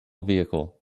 vehicle